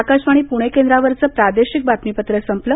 आकाशवाणी पुणे केंद्रावरचं प्रादेशिक बातमीपत्र संपलं